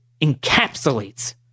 encapsulates